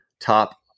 top